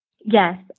Yes